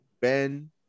Ben